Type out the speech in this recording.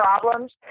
problems